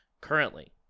currently